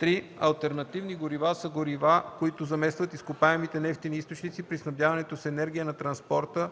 3. „Алтернативни горива” са горива, които заместват изкопаемите нефтени източници при снабдяването с енергия на транспорта